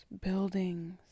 buildings